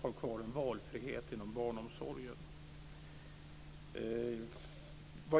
finns kvar en valfrihet inom barnomsorgen.